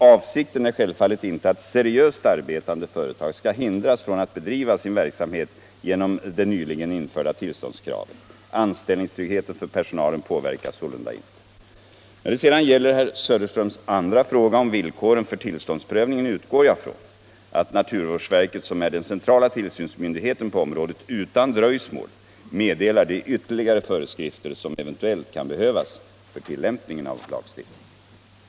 Avsikten är självfallet inte att seriöst arbetande företag skall hindras från att bedriva sin verksamhet genom det nyligen införda tillståndskravet. Anställningstryggheten för personalen påverkas sålunda inte. När det sedan gäller herr Söderströms andra fråga om villkoren för tillståndsprövningen utgår jag från att naturvårdsverket, som är den centrala tillsynsmyndigheten på området, utan dröjsmål meddelar de ytterligare föreskrifter som eventuellt kan behövas för tillämpningen av lagstiftningen.